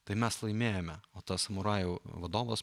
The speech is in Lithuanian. tai mes laimėjome o tas samurajų vadovas